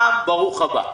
רם, ברוך הבא.